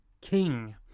King